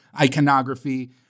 iconography